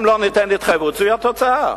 אם לא ניתן התחייבות, זאת התוצאה.